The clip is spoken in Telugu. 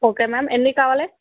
ఓకే మ్యామ్ ఎన్ని కావాలి